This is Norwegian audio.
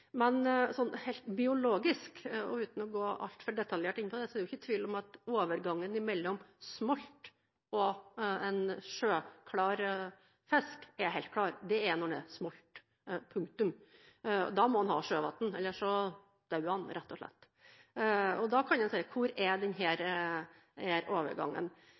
Men biologisk, uten å gå altfor detaljert inn på det, er det ikke tvil om at overgangen mellom smolt og en sjøklar fisk er helt klar. Det er når den er smolt – punktum. Da må den ha sjøvann ellers dør den rett og slett. Da kan en si: Hvor er denne overgangen?